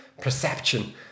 perception